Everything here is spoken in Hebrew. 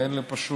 אין לי פשוט,